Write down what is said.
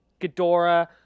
Ghidorah